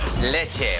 Leche